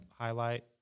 highlight